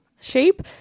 shape